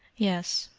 yes,